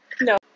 No